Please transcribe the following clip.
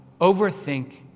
overthink